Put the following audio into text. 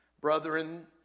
Brethren